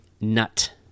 nut